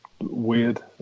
weird